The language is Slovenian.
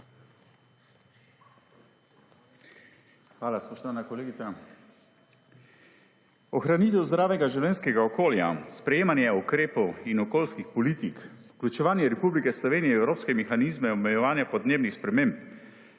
Hvala, spoštovana kolegica. Ohranitev zdravega življenjskega okolja, sprejemanje ukrepov in okoljskih politik, vključevanje Republike Slovenije v evropske mehanizme omejevanja podnebnih sprememb,